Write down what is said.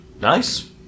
Nice